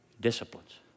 disciplines